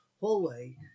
hallway